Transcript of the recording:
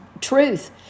truth